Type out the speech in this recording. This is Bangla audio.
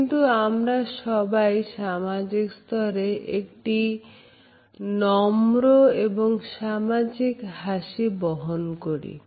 কিন্তু আমরা সবাই সামাজিক স্তরে একটি নম্রএবং সামাজিক হাসি বহন করি